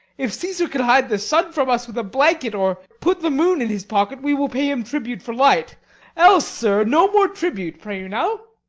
if caesar can hide the sun from us with a blanket, or put the moon in his pocket, we will pay him tribute for light else, sir, no more tribute, pray you now.